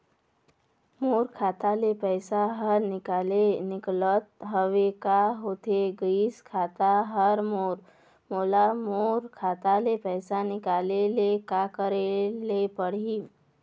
मोर खाता ले पैसा हर निकाले निकलत हवे, का होथे गइस खाता हर मोर, मोला मोर खाता ले पैसा निकाले ले का करे ले पड़ही?